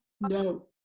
No